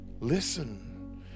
Listen